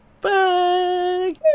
Bye